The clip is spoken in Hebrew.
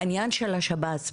בעניין של השב"ס,